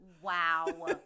Wow